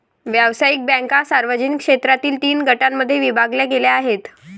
व्यावसायिक बँका सार्वजनिक क्षेत्रातील तीन गटांमध्ये विभागल्या गेल्या आहेत